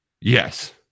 yes